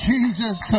Jesus